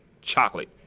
chocolate